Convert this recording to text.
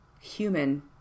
human